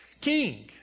king